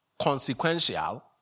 consequential